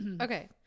Okay